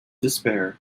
despair